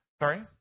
Sorry